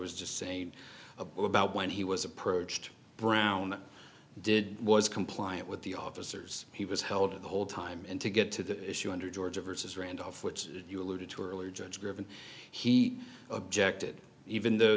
was just saying about when he was approached brown did was compliant with the officers he was held to the whole time and to get to the issue under georgia versus randolph which you alluded to earlier judge griffin he objected even though